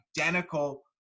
identical